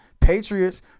Patriots